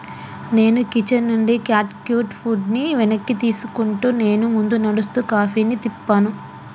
నేను కిచెన్ నుండి cat cute ఫుడ్ని వెనక్కి తీసుకుంటూ నేను ముందు నడుస్తూ కాఫీని తిప్పాను